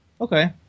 Okay